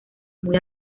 muy